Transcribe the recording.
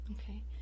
Okay